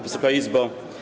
Wysoka Izbo!